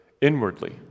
inwardly